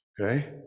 Okay